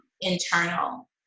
internal